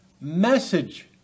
message